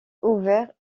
ouvert